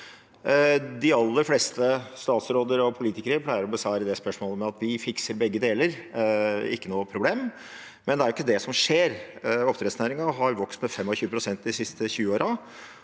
De aller fleste statsråder og politikere pleier å besvare det spørsmålet med at de fikser begge deler, ikke noe problem, men det er jo ikke det som skjer. Oppdrettsnæringen har vokst med 25 pst. de siste 20 årene,